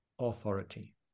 authority